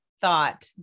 thought